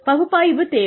பகுப்பாய்வு தேவை